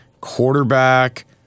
Quarterback